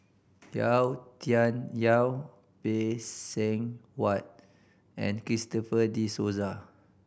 Yau Tian Yau Phay Seng Whatt and Christopher De Souza